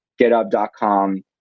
GitHub.com